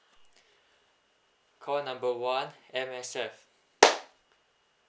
call number one M_S_F